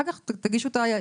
אחר כך תגישו את ההסתייגויות.